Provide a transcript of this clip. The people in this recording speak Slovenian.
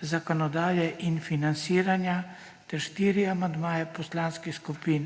zakonodaje in financiranja ter štiri amandmaje poslanskih skupin